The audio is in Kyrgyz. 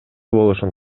болушун